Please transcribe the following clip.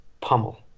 pummel